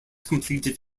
completed